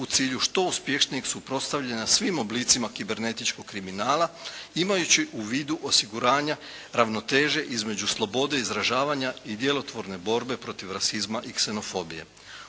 u cilju što uspješnijeg suprotstavljanja svim oblicima kibernetičkog kriminala imajući u vidu osiguranja ravnoteže između slobode izražavanja i djelotvorne borbe protiv rasizma i ksenofobije.